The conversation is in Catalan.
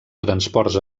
transports